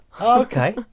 okay